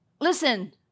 Listen